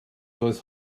doedd